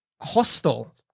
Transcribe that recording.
Hostile